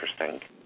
interesting